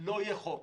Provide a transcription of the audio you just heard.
לא יהיה חוק.